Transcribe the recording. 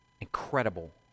incredible